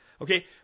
Okay